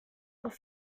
with